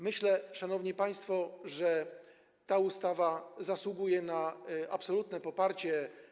Myślę, szanowni państwo, że ta ustawa zasługuje na absolutne poparcie.